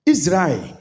Israel